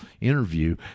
interview